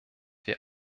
wir